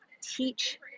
teach